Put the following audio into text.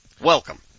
Welcome